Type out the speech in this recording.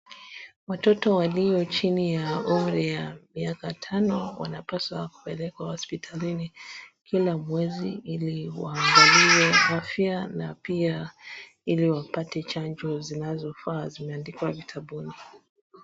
Watoto walio chini ya umri wa miaka tano wanapaswa kupelekwa hospitalini kila mwezi ili waangaliwe afya na pia ili wapate chanjo zinazofaa zimeandikwa vitabuni.